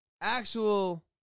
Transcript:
Actual